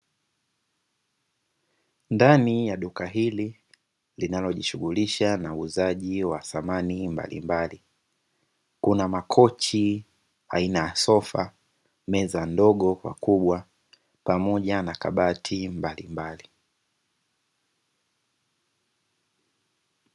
Ndani ya duka hili linalojihusisha na uuzaji wa samani mbali mbali, kuna makochi aina ya sofa, meza ndogo kwa kubwa pamoja na kabati mbali mbali.